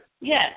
Yes